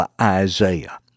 Isaiah